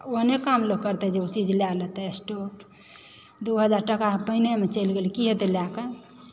ओहने काम लोक करतै जे ऊ चीज लए लेतै स्टोव दू हजार टका पानिमे चलि गेलै की हेतै लए कऽ